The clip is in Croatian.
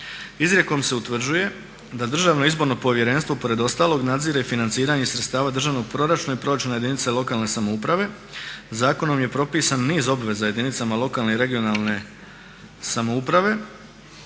Izrijekom se utvrđuje da državno izborno povjerenstvo pored ostalog nadzire i financiranje sredstava državnog proračuna i proračuna jedinice lokalne samouprave. Zakonom je propisan niz obveza jedinicama lokalne i regionalne samouprave